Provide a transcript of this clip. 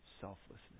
selflessness